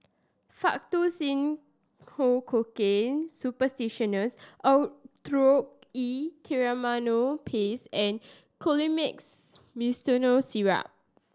Faktu Cinchocaine Suppositories Oracort E Triamcinolone Paste and Colimix Simethicone Syrup